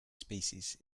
species